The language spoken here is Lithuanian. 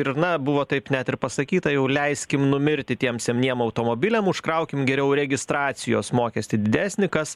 ir na buvo taip net ir pasakyta jau leiskim numirti tiem seniem automobiliam užkraukim geriau registracijos mokestį didesnį kas